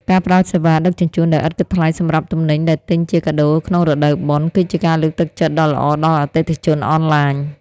ការផ្តល់សេវាដឹកជញ្ជូនដោយឥតគិតថ្លៃសម្រាប់ទំនិញដែលទិញជាកាដូក្នុងរដូវបុណ្យ គឺជាការលើកទឹកចិត្តដ៏ល្អដល់អតិថិជនអនឡាញ។